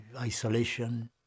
isolation